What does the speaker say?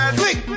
quick